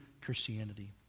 christianity